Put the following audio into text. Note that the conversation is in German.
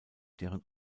deren